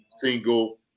single